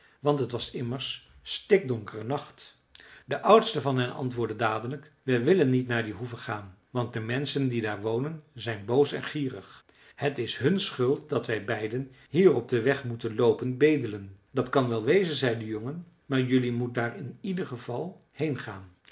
want het was immers stikdonkere nacht de oudste van hen antwoordde dadelijk we willen niet naar die hoeve gaan want de menschen die daar wonen zijn boos en gierig het is hun schuld dat wij beiden hier op den weg moeten loopen bedelen dat kan wel wezen zei de jongen maar jelui moet daar in ieder geval